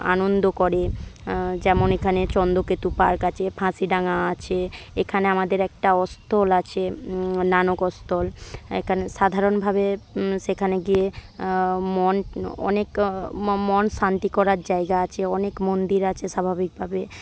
আনন্দ করে যেমন এখানে চন্দ্রকেতু পার্ক আছে ফাঁসিডাঙা আছে এখানে আমাদের একটা অস্তল আছে নানক অস্তল এখানে সাধারণভাবে সেখানে গিয়ে মন অনেক মন শান্তি করার জায়গা আছে অনেক মন্দির আছে স্বাভাবিকভাবে